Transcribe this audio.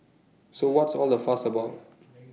so what's all the fuss about